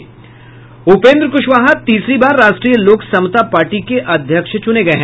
उपेन्द्र कुशवाहा तीसरी बार राष्ट्रीय लोक समता पार्टी के अध्यक्ष चुना गये है